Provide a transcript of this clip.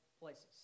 places